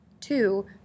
Two